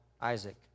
Isaac